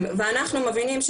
אנחנו מבינים,